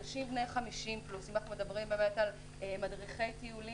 אנשים בני 50 פלוס מדריכי טיולים